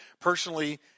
personally